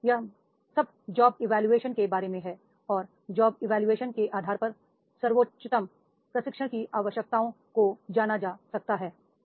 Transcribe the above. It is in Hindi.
तो यह सब जॉब इवोल्यूशन के बारे में है और जॉब इवोल्यूशन के आधार पर सर्वोत्तम प्रशिक्षण की आवश्यकताओं को जाना जा सकता है